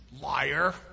Liar